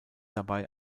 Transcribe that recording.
dabei